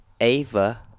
Ava